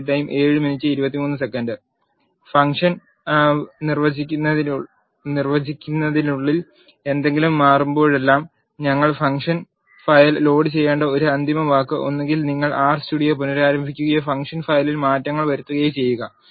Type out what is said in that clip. function നിർവചനത്തിനുള്ളിൽ എന്തെങ്കിലും മാറ്റുമ്പോഴെല്ലാം ഞങ്ങൾ ഫംഗ്ഷൻ ഫയൽ ലോഡുചെയ്യേണ്ട ഒരു അന്തിമ വാക്ക് ഒന്നുകിൽ നിങ്ങൾ ആർ സ്റ്റുഡിയോ പുനരാരംഭിക്കുകയോ ഫംഗ്ഷൻ ഫയലിൽ മാറ്റങ്ങൾ വരുത്തുകയോ ചെയ്യുക